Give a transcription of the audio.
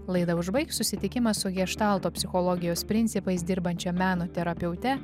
laidą užbaigs susitikimas su geštalto psichologijos principais dirbančia meno terapeute